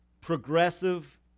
progressive